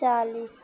چالیس